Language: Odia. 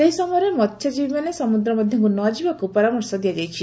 ସେହି ସମୟରେ ମହ୍ୟଜୀବୀମାନେ ସମୁଦ୍ର ମଧକୁ ନ ଯିବାକୁ ପରାମର୍ଶ ଦିଆଯାଇଛି